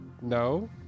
No